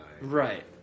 Right